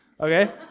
okay